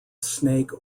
snake